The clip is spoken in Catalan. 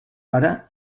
pare